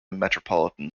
metropolitan